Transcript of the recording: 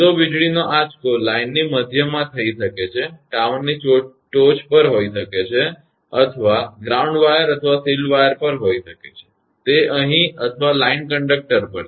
સીધો વીજળીનો આંચકો લાઇનની મધ્યમાં થઈ શકે છે ટાવરની ટોચ પર હોઈ શકે છે અથવા ગ્રાઉન્ડ વાયર અથવા શીલ્ડ વાયર પર હોઈ શકે છે તે અહીં અથવા લાઇન કંડક્ટર પર છે